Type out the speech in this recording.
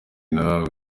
nawe